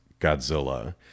Godzilla